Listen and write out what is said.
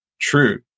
true